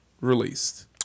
released